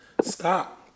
Stop